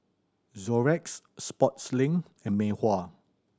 Xorex Sportslink and Mei Hua